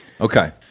Okay